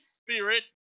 Spirit